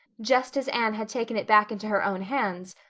just as anne had taken it back into her own hands,